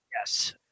Yes